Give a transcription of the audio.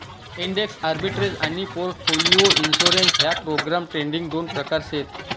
index arbitrage आनी portfolio insurance ह्या program trading दोन प्रकार शेत